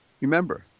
Remember